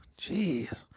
Jeez